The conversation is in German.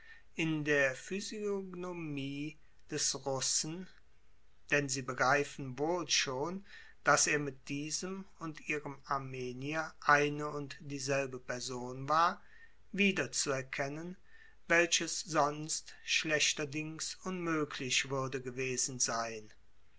in der physiognomie des russen denn sie begreifen wohl schon daß er mit diesem und ihrem armenier eine und dieselbe person war wiederzuerkennen welches sonst schlechterdings unmöglich würde gewesen sein